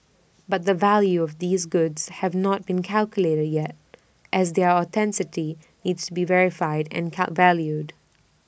but the value of these goods have not been calculated yet as their authenticity need to be verified and cut valued